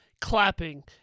clapping